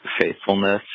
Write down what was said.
faithfulness